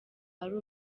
ari